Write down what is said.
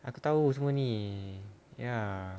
aku tahu semua ni ya